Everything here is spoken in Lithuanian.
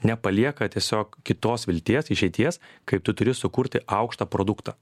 nepalieka tiesiog kitos vilties išeities kaip tu turi sukurti aukštą produktą